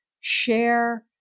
share